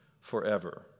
forever